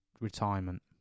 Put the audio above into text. retirement